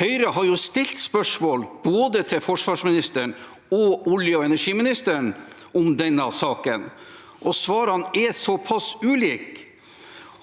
Høyre har stilt spørsmål til både forsvarsministeren og olje- og energiministeren om denne saken, og svarene er såpass ulike